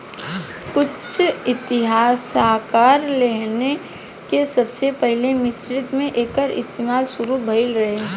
कुछ इतिहासकार कहेलेन कि सबसे पहिले मिस्र मे एकर इस्तमाल शुरू भईल रहे